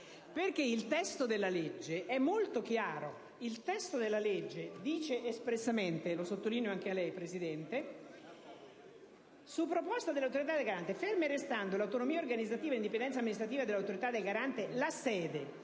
perché il testo della legge è molto chiaro. Il testo della legge dice espressamente - lo sottolineo anche a lei, Presidente: "Ferme restando l'autonomia organizzativa e l'indipendenza amministrativa dell'Autorità garante, la sede